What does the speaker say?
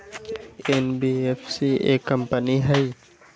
NBFC एक company हई?